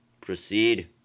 proceed